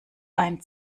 ein